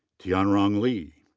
tianrong li.